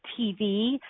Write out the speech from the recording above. TV